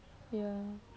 ya